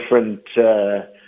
different